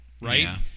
Right